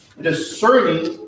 discerning